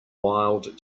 wild